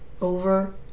over